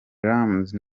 ramsey